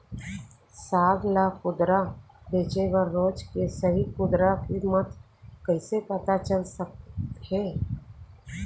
साग ला खुदरा बेचे बर रोज के सही खुदरा किम्मत कइसे पता चल सकत हे?